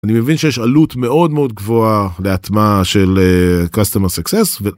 אני מבין שיש עלות מאוד מאוד גבוהה להטמעה של customer success.